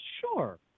Sure